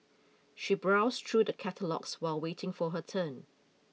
she browsed through the catalogues while waiting for her turn